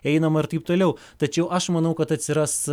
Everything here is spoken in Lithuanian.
einama ir taip toliau tačiau aš manau kad atsiras